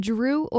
Drew